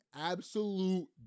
absolute